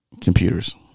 Computers